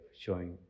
showing